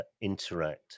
Interact